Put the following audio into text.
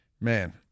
Man